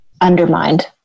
undermined